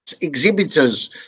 exhibitors